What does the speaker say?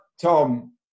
tom